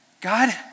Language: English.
God